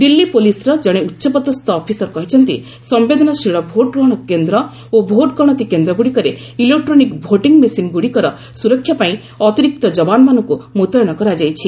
ଦିଲ୍ଲୀ ପୋଲିସର ଜଣେ ଉଚ୍ଚପଦସ୍ଥ ଅଫିସର କହିଛନ୍ତି ସମ୍ବେଦନଶୀଳ ଭୋଟ୍ଗ୍ରହଣ କେନ୍ଦ୍ର ଓ ଭୋଟଗଣତି କେନ୍ଦ୍ରଗୁଡ଼ିକରେ ଇଲେକ୍ଟ୍ରୋନିକ୍ ଭୋଟିଂ ମେସିନ୍ଗୁଡ଼ିକର ସୁରକ୍ଷା ପାଇଁ ଅତିରିକ୍ତ ଯବାନମାନଙ୍କୁ ମୁତୟନ କରାଯାଇଛି